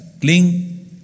cling